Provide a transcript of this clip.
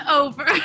over